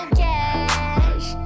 cash